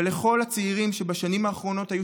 ולכל הצעירים שבשנים האחרונות היו